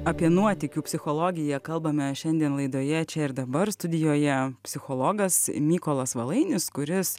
apie nuotykių psichologiją kalbame šiandien laidoje čia ir dabar studijoje psichologas mykolas valainis kuris